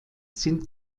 sind